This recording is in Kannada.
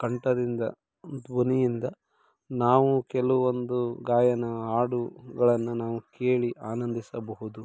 ಕಂಠದಿಂದ ಧ್ವನಿಯಿಂದ ನಾವು ಕೆಲವೊಂದು ಗಾಯನ ಹಾಡುಗಳನ್ನ ನಾವು ಕೇಳಿ ಆನಂದಿಸಬಹುದು